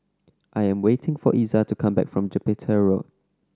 I am waiting for Iza to come back from Jupiter Road